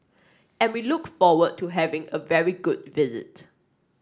and we look forward to having a very good visit